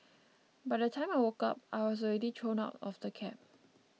by the time I woke up I was already thrown out of the cab